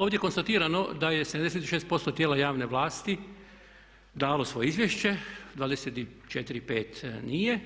Ovdje je konstatirano da je 76% tijela javne vlasti dalo svoje izvješće, 24, pet nije